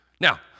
Now